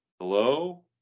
hello